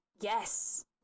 yes